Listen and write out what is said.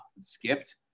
skipped